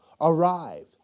arrived